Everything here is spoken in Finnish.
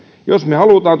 jos